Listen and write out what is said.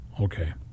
Okay